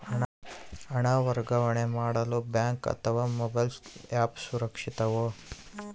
ಹಣ ವರ್ಗಾವಣೆ ಮಾಡಲು ಬ್ಯಾಂಕ್ ಅಥವಾ ಮೋಬೈಲ್ ಆ್ಯಪ್ ಸುರಕ್ಷಿತವೋ?